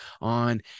on